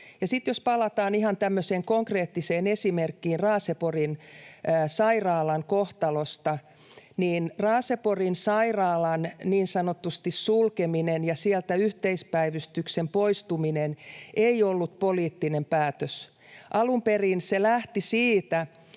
tämmöiseen konkreettiseen esimerkkiin Raaseporin sairaalan kohtalosta, niin Raaseporin sairaalan niin sanotusti sulkeminen ja sieltä yhteispäivystyksen poistuminen ei ollut poliittinen päätös. Alun perin se lähti siitä,